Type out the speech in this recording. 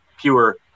pure